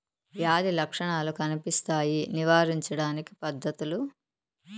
వ్యాధి లక్షణాలు కనిపిస్తాయి నివారించడానికి పద్ధతులు?